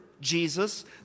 Jesus